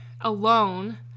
alone